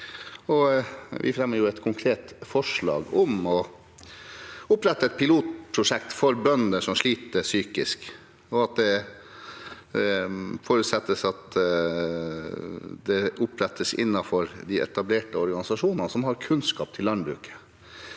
Vi fremmer et konkret forslag om å opprette et pilotprosjekt for bønder som sliter psykisk, og at det forutsettes at det opprettes innenfor en av de etablerte organisasjonene som har kunnskap om landbruk.